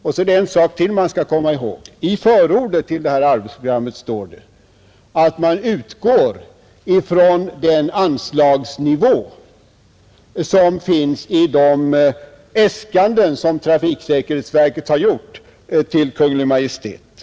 För det andra skall man komma ihåg att det i förordet till arbetsprogrammet står, att man utgår från anslagsnivån i trafiksäkerhetsverkets äskanden till Kungl. Maj:t.